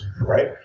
right